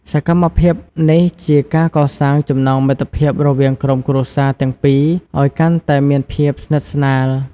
សកម្មភាពនេះជាការកសាងចំណងមិត្តភាពរវាងក្រុមគ្រួសារទាំងពីរឱ្យកាន់តែមានភាពស្និទ្ធស្នាល។